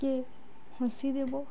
କିଏ ହସିଦେବ